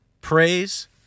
Praise